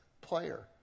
player